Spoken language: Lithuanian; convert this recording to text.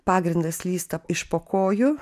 pagrindas slysta iš po kojų